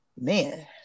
Man